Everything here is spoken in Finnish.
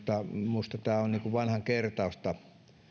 minusta ovat niin kuin vanhan kertausta